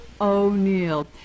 O'Neill